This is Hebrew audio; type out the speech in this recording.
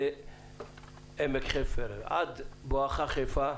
עמק חפר עד בואך חיפה,